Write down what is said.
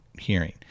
hearing